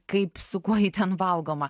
kaip su kuo ji ten valgoma